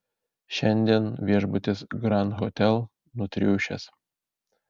šiandien viešbutis grand hotel nutriušęs